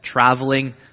traveling